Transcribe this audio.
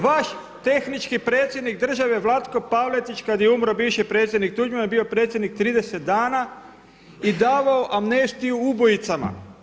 Vaš tehnički predsjednik države Vlatko Pavletić kad je umro bivši predsjednik Tuđman je bio predsjednik 30 dana i davao amnestiju ubojicama.